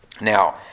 Now